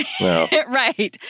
Right